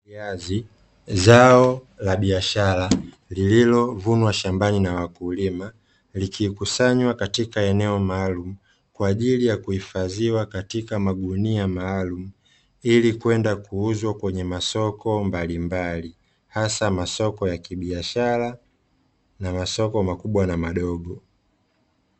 Viazi, zao la biashara lililovunwa shambani na wakulima, likikusanywa katika eneo maalumu kwa ajili ya kuhifadhiwa katika magunia maalumu, ili kuenda kuuzwa kwenye masoko mbalimbali asa masoko ya kibiashara, na masoko makubwa na madogo.